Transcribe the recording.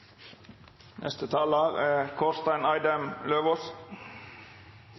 Neste talar er